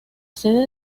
sede